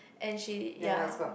and she ya